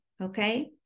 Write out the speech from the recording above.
okay